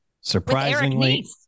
Surprisingly